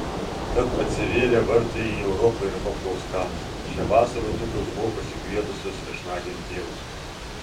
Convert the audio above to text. tad atsivėrė vartai į europą ir paplauskams šią vasarą dukros buvo pasikvietusios viešnagėn tėvus